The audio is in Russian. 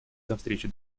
навстречу